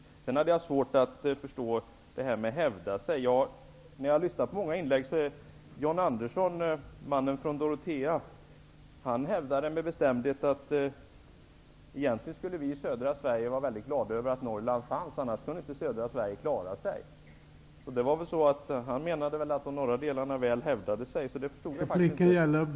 Jag har svårt att förstå talet om att man måste hävda sig. Jag har som sagt lyssnat till flera inlägg. John Andersson, mannen från Dorotea, hävdade med bestämdhet att vi i södra Sverige egentligen skulle vara glada över att Norrland finns, annars skulle inte södra Sverige klara sig. Han menade att de norra delarna av Sverige hävdar sig väl, så jag förstod...